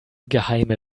geheime